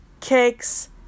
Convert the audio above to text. Cakes